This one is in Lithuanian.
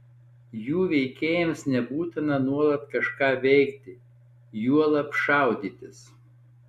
jų veikėjams nebūtina nuolat kažką veikti juolab šaudytis